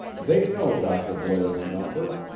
they know dr. blair's number.